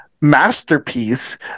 masterpiece